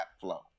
flow